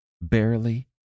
Barely